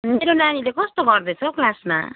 मेरो नानीले कस्तो गर्दैछ हौ क्लासमा